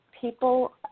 people